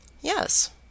Yes